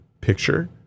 picture